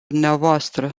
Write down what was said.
dvs